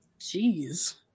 jeez